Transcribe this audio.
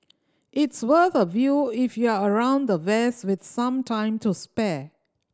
it's worth a view if you're around the west with some time to spare